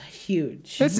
Huge